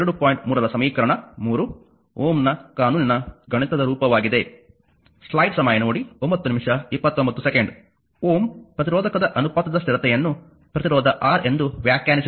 3 ರ ಸಮೀಕರಣ 3 Ω ನ ಕಾನೂನಿನ ಗಣಿತದ ರೂಪವಾಗಿದೆ Ω ಪ್ರತಿರೋಧಕದ ಅನುಪಾತದ ಸ್ಥಿರತೆಯನ್ನು ಪ್ರತಿರೋಧ R ಎಂದು ವ್ಯಾಖ್ಯಾನಿಸಿದೆ